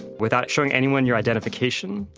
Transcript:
without showing anyone your identification.